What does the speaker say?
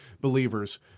believers